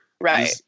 right